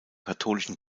katholischen